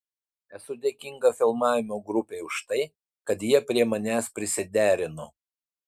esu dėkinga filmavimo grupei už tai kad jie prie manęs prisiderino